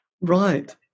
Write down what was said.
Right